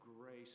grace